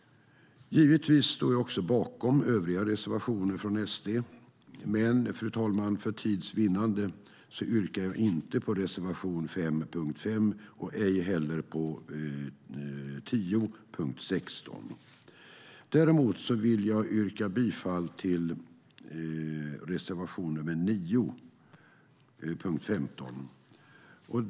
Givetvis står jag också bakom övriga reservationer från SD, men fru talman, för tids vinnande yrkar jag inte bifall till reservation 5 under punkt 5 och ej heller till reservation 10 under punkt 16. Däremot vill jag yrka bifall till reservation 9 under punkt 15.